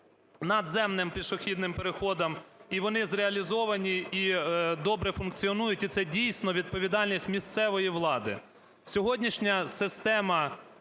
надземним пішохідним переходам. І вони зреалізовані, і добре функціонують, і це дійсно відповідальність місцевої влади. Сьогоднішня система